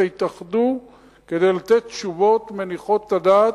יתאחדו כדי לתת תשובות מניחות את הדעת,